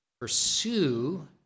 pursue